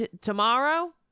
tomorrow